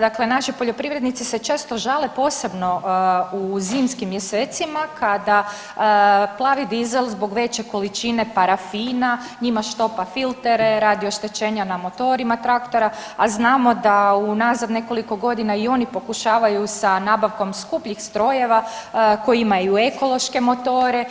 Dakle, naši poljoprivrednici se često žale, posebno u zimskim mjesecima kada plavi dizel zbog veće količine parafina njima štopa filtere, radi oštećenja na motorima traktora, a znamo da unazad nekoliko godina i oni pokušavaju sa nabavkom skupljih strojeva koji imaju ekološke motore